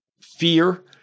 fear